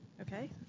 Okay